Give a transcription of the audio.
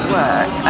work